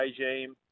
regime